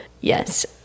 Yes